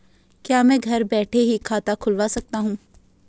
क्या मैं घर बैठे ही खाता खुलवा सकता हूँ?